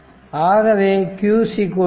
ஆகவே q c v